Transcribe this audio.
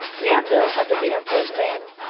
cleander, under the emperor's name,